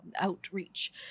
outreach